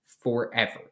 forever